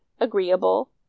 agreeable